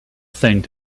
thing